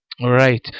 right